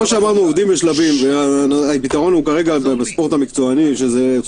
במקום "ספורטאי בין-לאומי בלבד" יבוא "ספורטאי מקצועי בלבד